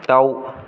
दाउ